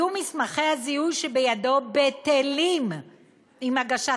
יהיו מסמכי הזיהוי שבידו בטלים עם הגשת